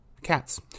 cats